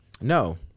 No